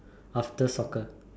after soccer